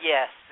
Yes